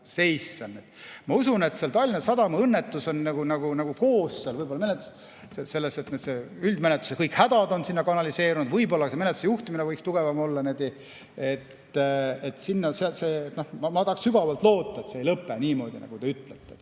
Ma usun, et see Tallinna Sadama õnnetus on võib-olla selles, et üldmenetluse kõik hädad on sinna kanaliseerunud, võib-olla ka menetluse juhtimine võiks tugevam olla. Ma tahaks sügavalt loota, et see ei lõpe niimoodi, nagu te ütlete.